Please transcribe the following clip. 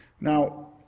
Now